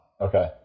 Okay